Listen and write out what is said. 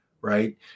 right